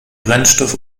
brennstoff